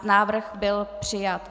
Návrh byl přijat.